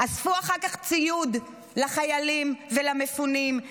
אספו אחר כך ציוד לחיילים ולמפונים,